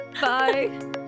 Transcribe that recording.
Bye